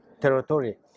territory